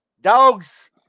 Dogs